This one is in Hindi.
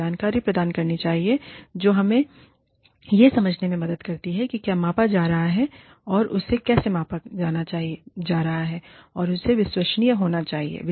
यह जानकारी प्रदान करनी चाहिए जो हमें यह समझने में मदद करती है कि क्या मापा जा रहा है और इसे कैसे मापा जा रहा है और इसे विश्वसनीय होना चाहिए